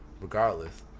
regardless